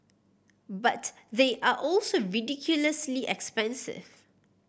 but they are also ridiculously expensive